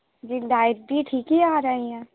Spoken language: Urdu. جی لائٹ بھی ٹھیک ہی آرہی ہیں